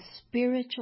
spiritual